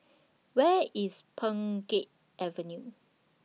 Where IS Pheng Geck Avenue